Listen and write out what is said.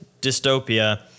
dystopia